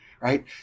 Right